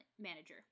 manager